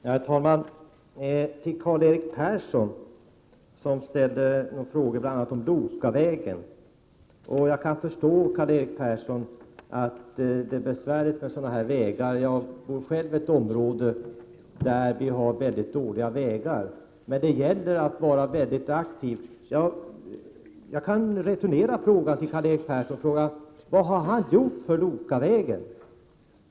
Herr talman! Karl-Erik Persson ställde frågor bl.a. om Lokavägen. Jag kan förstå att det är besvärligt med sådana här vägar. Jag bor själv i ett område där vi har dåliga vägar. Men det gäller att vara aktiv. Jag kan returnera frågan till Karl-Erik Persson och säga: Vad har Karl-Erik Persson gjort för Lokavägen?